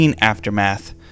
Aftermath